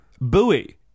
buoy